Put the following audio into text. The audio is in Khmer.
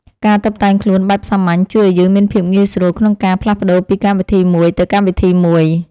ការតុបតែងខ្លួនបែបសាមញ្ញជួយឱ្យយើងមានភាពងាយស្រួលក្នុងការផ្លាស់ប្តូរពីកម្មវិធីមួយទៅកម្មវិធីមួយ។